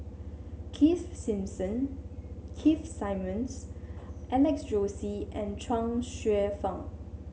Keith Keith Simmons Alex Josey and Chuang Hsueh Fang